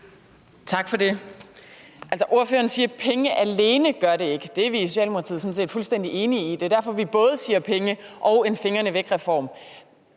Tak for det. Ordføreren siger, at penge alene ikke gør det. Det er vi i Socialdemokratiet sådan set fuldstændig enige i, og det er derfor, vi både siger penge og en fingrene væk-reform.